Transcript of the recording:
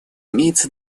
имеется